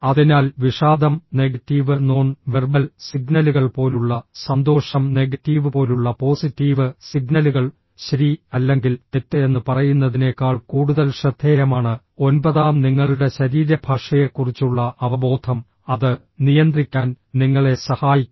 അതിനാൽ വിഷാദം negative non verbal സിഗ്നലുകൾ പോലുള്ള സന്തോഷം നെഗറ്റീവ് പോലുള്ള പോസിറ്റീവ് സിഗ്നലുകൾ ശരി അല്ലെങ്കിൽ തെറ്റ് എന്ന് പറയുന്നതിനേക്കാൾ കൂടുതൽ ശ്രദ്ധേയമാണ് ഒൻപതാം നിങ്ങളുടെ ശരീരഭാഷയെക്കുറിച്ചുള്ള അവബോധം അത് നിയന്ത്രിക്കാൻ നിങ്ങളെ സഹായിക്കും